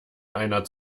einer